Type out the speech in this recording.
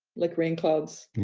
like rain clouds.